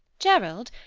gerald,